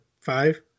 five